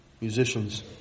musicians